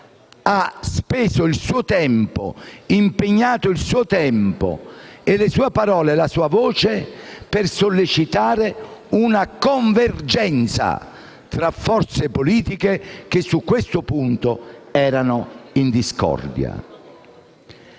ha speso il suo tempo e impegnato parole e voce per sollecitare una convergenza tra forze politiche che su questo punto erano in discordia.